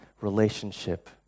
relationship